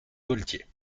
gaultier